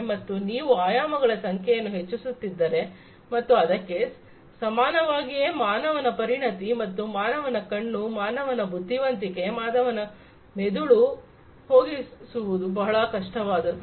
ಮತ್ತೆ ನೀವು ಆಯಾಮಗಳ ಸಂಖ್ಯೆಯನ್ನು ಹೆಚ್ಚಿಸುತ್ತಿದ್ದರೆ ಮತ್ತು ಅದಕ್ಕೆ ಸಮಾನವಾಗಿಯೇ ಮಾನವನ ಪರಿಣತಿ ಮತ್ತು ಮಾನವನ ಕಣ್ಣು ಮಾನವನ ಬುದ್ದಿವಂತಿಕೆ ಮಾನವನ ಮೆದುಳು ಹೋಗಿಸುವುದು ಬಹಳ ಕಷ್ಟವಾದದ್ದು